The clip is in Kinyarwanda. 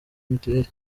mitiweli